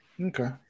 Okay